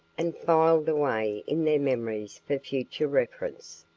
and filed away in their memories for future reference.